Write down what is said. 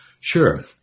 sure